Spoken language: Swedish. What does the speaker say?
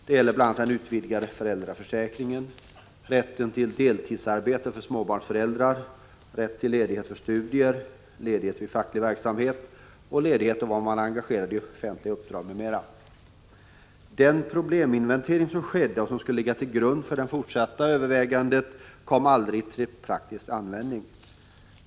Det gäller den utvidgade föräldraförsäkringen, rätten till deltidsarbete för småbarnsföräldrar, rätt till ledighet för studier, ledighet vid facklig verksamhet och ledighet då man är engagerad i offentliga uppdrag m.m. Den probleminventering som skedde och som skulle ligga till grund för fortsatta överväganden kom aldrig till praktisk användning.